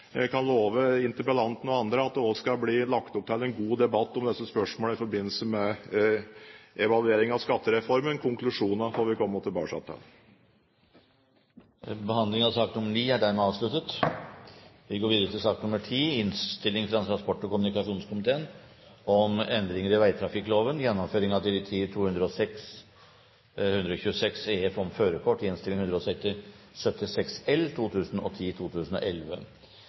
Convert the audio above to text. Jeg synes også at dette har vært en bra debatt, og jeg kan love interpellanten og andre at det også skal bli lagt opp til en god debatt om disse spørsmålene i forbindelse med evalueringen av skattereformen. Konklusjonene får vi komme tilbake til. Behandlingen av sak nr. 9 er dermed avsluttet. Etter ønske fra transport- og kommunikasjonskomiteen